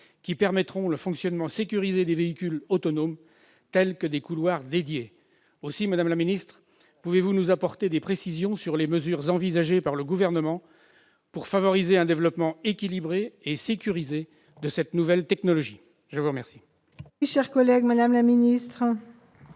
qui permettront le fonctionnement sécurisé des véhicules autonomes. Madame la ministre, pourriez-vous nous apporter des précisions sur les mesures envisagées par le Gouvernement pour favoriser un développement équilibré et sécurisé de cette nouvelle technologie ? La parole